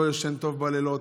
לא ישנים טוב בלילות,